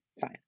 Fine